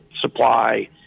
supply